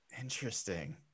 Interesting